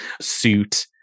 suit